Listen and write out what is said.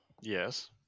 Yes